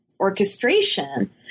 orchestration